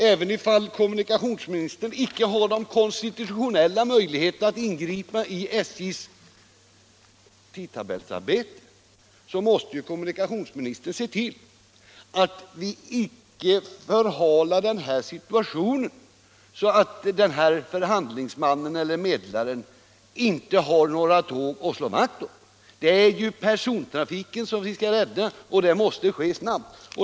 Även om kommunikationsministern icke har de konstitutionella möjligheterna att ingripa i SJ:s tidtabellsarbete, måste kommunikationsministern ändå se till att denna fråga icke förhalas, så att medlaren inte kommer i den situationen att han inte har några tåg att slå vakt om. Det är ju persontrafiken vi skall rädda, och det måste ske snabbt.